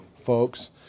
folks